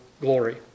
glory